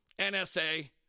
NSA